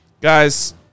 Guys